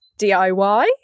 DIY